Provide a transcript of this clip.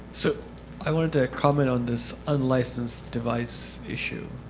so i wanted to comment on this unlicensed device issue.